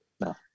No